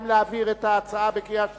האם להעביר את ההצעה לקריאה שלישית?